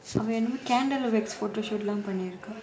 அவ என்னமோ:ava ennamo candle wax photoshoot பண்ணி இருக்க:panni irukka